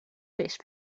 fish